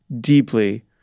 deeply